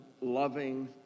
loving